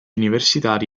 universitari